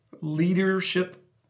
leadership